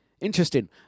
Interesting